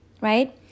Right